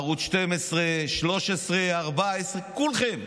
ערוץ 12, 13, 14, כולכם.